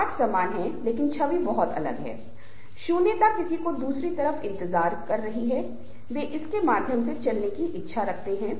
प्रत्येक व्यक्ति एक योगदान देता है और प्राधिकरण का आंकड़ा समूह के एक भाग के रूप में भी देखा जाता है